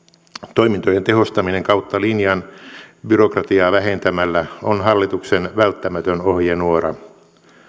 toimintojen tehostaminen kautta linjan byrokratiaa vähentämällä on hallituksen välttämätön ohjenuora